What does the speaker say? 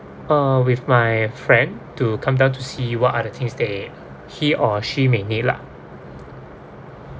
uh with my friend to come down to see what are the things they he or she may need lah